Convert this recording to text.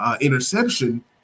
interception